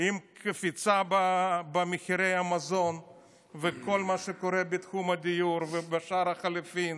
עם קפיצה במחירי המזון וכל מה שקורה בתחום הדיור ובשער החליפין